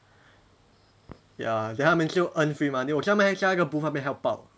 ya then 他们就 earn free money 我叫他们在那个 booth 那边 help out